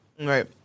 Right